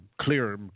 clear